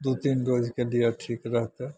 दू तीन रोजके लिय ठीक रहतै